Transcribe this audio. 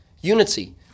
unity